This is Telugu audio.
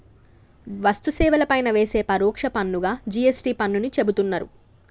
వస్తు సేవల పైన వేసే పరోక్ష పన్నుగా జి.ఎస్.టి పన్నుని చెబుతున్నరు